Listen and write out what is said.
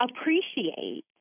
appreciate